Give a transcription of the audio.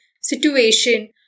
situation